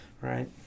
Right